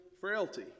frailty